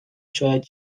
شاید